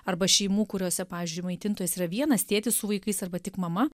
arba šeimų kuriose pavyzdžiui maitintojas yra vienas tėtis su vaikais arba tik mama